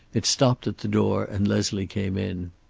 it stopped at the door, and leslie came in.